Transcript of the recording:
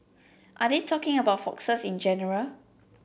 are they talking about foxes in general